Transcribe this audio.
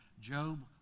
Job